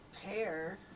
care